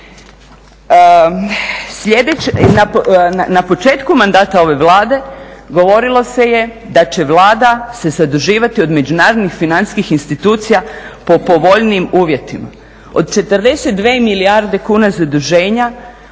Na početku mandata ove Vlade govorilo se je da će Vlada se zaduživati od međunarodnih financijskih institucija po povoljnijim uvjetima. Od 42 milijarde kuna zaduženja